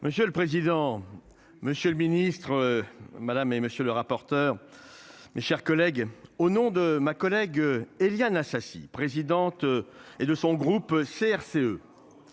monsieur le président. Monsieur le Ministre. Madame et monsieur le rapporteur. Mes chers collègues, au nom de ma collègue Éliane Assassi présidente et de son groupe CRCE.